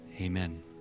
Amen